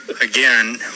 Again